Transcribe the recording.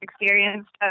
experienced